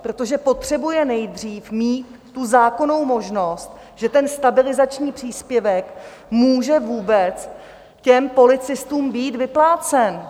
Protože potřebuje nejdřív mít zákonnou možnost, že ten stabilizační příspěvek může vůbec těm policistům být vyplácen.